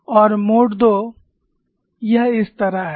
और mode II यह इस तरह है